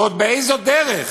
ועוד באיזו דרך,